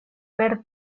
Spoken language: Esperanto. per